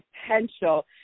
potential